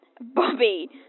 Bobby